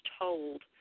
told